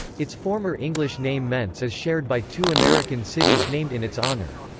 its former english name mentz is shared by two american cities named in its honor.